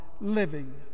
living